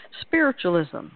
Spiritualism